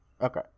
Okay